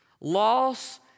Loss